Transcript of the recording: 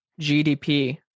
gdp